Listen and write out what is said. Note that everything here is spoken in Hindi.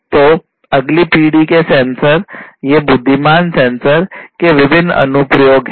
तो अगली पीढ़ी के सेंसर इन बुद्धिमान सेंसर के विभिन्न अनुप्रयोग हैं